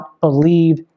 believe